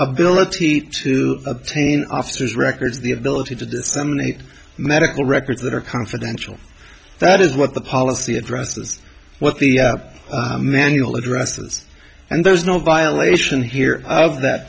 ability to obtain officers records the ability to disseminate medical records that are confidential that is what the policy addresses what the manual addresses and there's no violation here of that